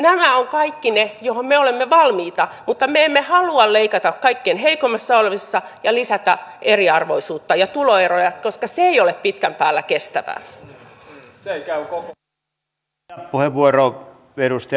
nämä ovat kaikki niitä joihin me olemme valmiita mutta me emme halua leikata kaikkein heikoimmassa asemassa olevilta ja lisätä eriarvoisuutta ja tuloeroja koska se ei ole pitkän päälle kestävää